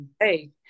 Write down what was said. hey